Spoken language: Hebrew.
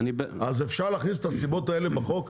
אז אפשר להכניס את הסיבות האלה בחוק.